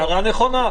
הערה נכונה.